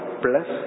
plus